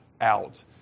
out